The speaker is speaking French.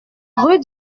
rue